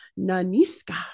Naniska